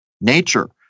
nature